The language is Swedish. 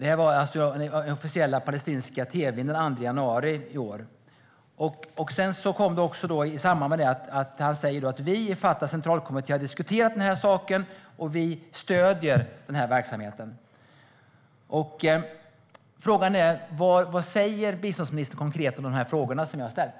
Detta sas alltså i den officiella palestinska tv:n den 2 januari i år. I samband med detta sa han också: Vi i Fatahs centralkommitté har diskuterat detta, och vi stöder denna verksamhet. Vad säger biståndsministern konkret om de frågor som jag har ställt?